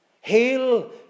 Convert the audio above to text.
Hail